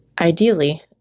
Ideally